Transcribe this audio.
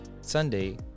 sunday